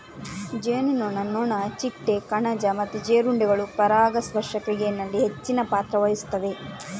ಜೇನುನೊಣ, ನೊಣ, ಚಿಟ್ಟೆ, ಕಣಜ ಮತ್ತೆ ಜೀರುಂಡೆಗಳು ಪರಾಗಸ್ಪರ್ಶ ಕ್ರಿಯೆನಲ್ಲಿ ಹೆಚ್ಚಿನ ಪಾತ್ರ ವಹಿಸ್ತವೆ